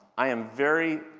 i am very,